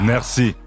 Merci